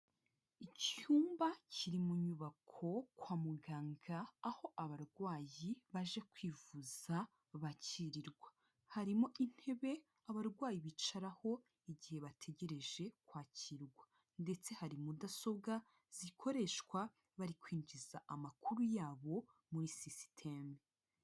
Icyumba kiri mu nyubako kwa muganga aho abarwayi baje kwivuza bakirirwa, harimo intebe abarwayi bicaraho igihe bategereje kwakirwa ndetse hari mudasobwa zikoreshwa bari kwinjiza amakuru yabo muri sisitemu.